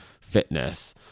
fitness